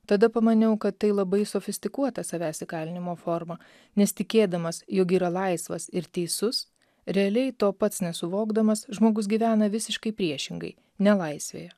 tada pamaniau kad tai labai sofistikuota savęs įkalinimo forma nes tikėdamas jog yra laisvas ir teisus realiai to pats nesuvokdamas žmogus gyvena visiškai priešingai nelaisvėje